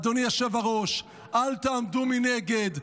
אדוני היושב-ראש, אל תעמדו מנגד.